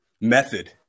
method